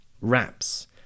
Wraps